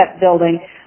building